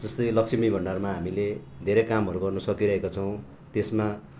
जस्तै लक्ष्मी भण्डारमा हामीले धेरै कामहरू गर्न सकिरहेका छौँ त्यसमा